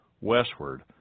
westward